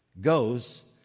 goes